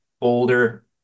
older